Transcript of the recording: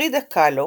פרידה קאלו